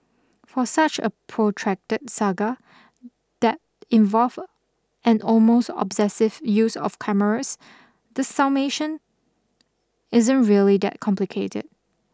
for such a protracted saga that involved an almost obsessive use of cameras the summation isn't really that complicated